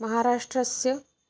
महाराष्ट्रस्य